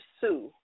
sue